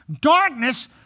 Darkness